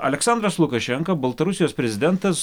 aleksandras lukašenka baltarusijos prezidentas